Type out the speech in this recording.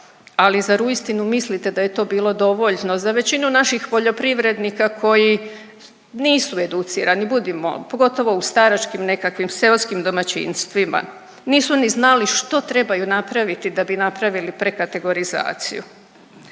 ali zar uistinu mislite da je to bilo dovoljno za većinu naših poljoprivrednika koji nisu educirani, budimo, pogotovo u staračkim nekakvim seoskim domaćinstvima. Nisu ni znali što trebaju napraviti da bi napravili prekategorizaciju.